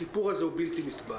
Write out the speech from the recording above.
הסיפור הזה הוא בלתי נסבל.